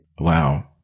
Wow